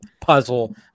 puzzle